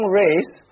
race